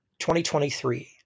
2023